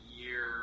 year